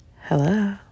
hello